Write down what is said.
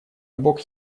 бог